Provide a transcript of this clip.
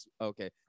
okay